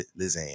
Lizanne